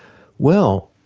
well,